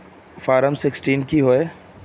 Form sixteen की होय?